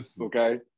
okay